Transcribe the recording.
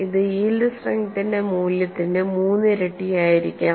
ഇത് യീൽഡ് സ്ട്രെങ്ത്തിന്റെ മൂല്യത്തിന്റെ മൂന്നിരട്ടിയായിരിക്കാം